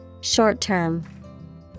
Short-term